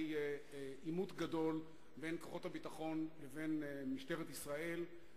עימות גדול בין כוחות הביטחון לבין משטרת ישראל,